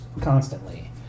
constantly